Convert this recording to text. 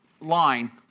line